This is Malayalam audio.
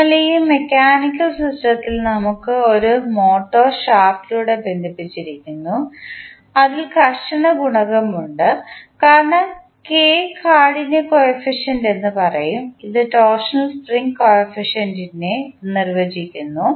അതിനാൽ ഈ മെക്കാനിക്കൽ സിസ്റ്റത്തിൽ നമുക്ക് ഒരു മോട്ടോർ ഷാഫ്റ്റിലൂടെ ബന്ധിപ്പിച്ചിരിക്കുന്നു അതിൽ ഘർഷണ ഗുണകം ഉണ്ട് കാരണം കെ കാഠിന്യ കോയഫിഷ്യന്റ് എന്ന് പറയും ഇത് ടോർഷണൽ സ്പ്രിംഗ് കോയഫിഷ്യന്റ്നെ നിർവചിക്കുന്നു